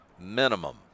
minimum